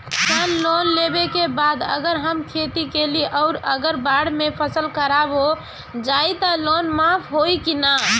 किसान लोन लेबे के बाद अगर हम खेती कैलि अउर अगर बाढ़ मे फसल खराब हो जाई त लोन माफ होई कि न?